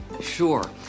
Sure